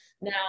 now